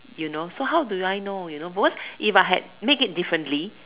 you know so how do I know you know what if I had make it differently